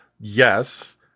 yes